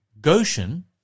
Goshen